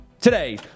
Today